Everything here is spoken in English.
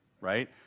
right